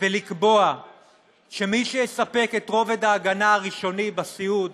ולקבוע שמי שיספק את רובד ההגנה הראשוני בסיעוד